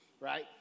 Right